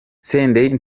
senderi